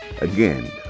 Again